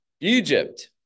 Egypt